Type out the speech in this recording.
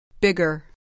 Bigger